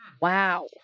Wow